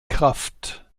kraft